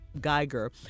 Geiger